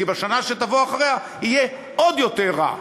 כי בשנה שתבוא אחריה יהיה עוד יותר רע,